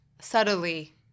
subtly